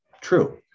True